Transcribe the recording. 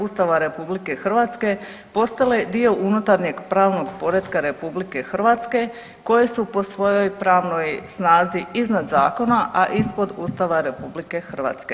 Ustava RH postale dio unutarnjeg pravnog poretka RH koje su po svojoj pravnoj snazi iznad zakona, a ispod Ustava RH.